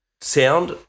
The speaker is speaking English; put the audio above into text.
sound